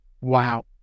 Wow